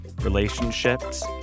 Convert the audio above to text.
relationships